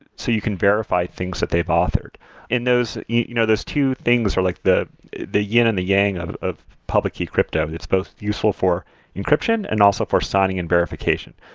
so you can verify things that they've authored those you know those two things are like the the yin and the yang of of public key crypto. it's both useful for encryption and also for signing and verification.